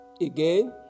again